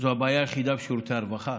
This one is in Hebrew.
זו הבעיה היחידה בשירותי הרווחה?